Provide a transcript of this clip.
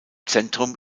zentrum